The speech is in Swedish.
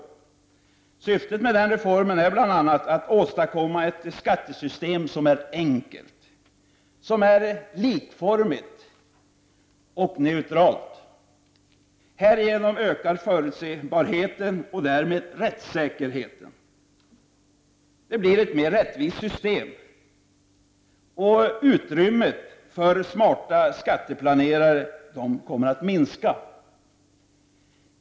Syftet med den reformen är bl.a. att åstadkomma ett skattesystem som är enkelt, likformigt och neutralt. Härigenom ökar förutsebarheten och därmed rättssäkerheten. Det blir ett mer rättvist system. Utrymmet för smarta skatteplanerare kommer att minska.